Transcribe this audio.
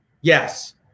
yes